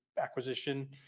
acquisition